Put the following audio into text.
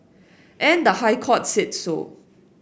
and the High Court said so